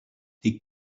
t’es